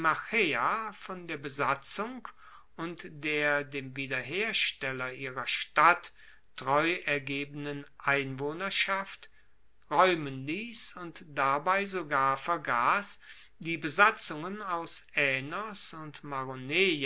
von der besatzung und der dem wiederhersteller ihrer stadt treu ergebenen einwohnerschaft raeumen liess und dabei sogar vergass die besatzungen aus aenos und maroneia